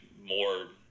more